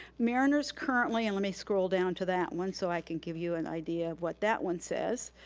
mariners currently, and let me scroll down to that one so i can give you an idea of what that one says,